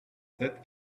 sept